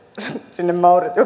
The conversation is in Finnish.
sinne mauritiukselle ovat